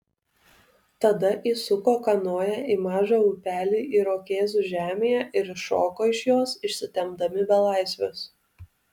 tada įsuko kanoją į mažą upelį irokėzų žemėje ir iššoko iš jos išsitempdami belaisvius